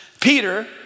Peter